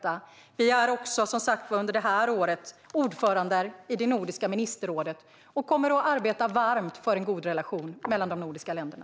Under det här året är vi, som sagt var, också ordförande i Nordiska ministerrådet och kommer att arbeta varmt för en god relation mellan de nordiska länderna.